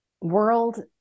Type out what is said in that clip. World